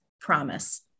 promise